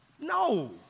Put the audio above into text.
No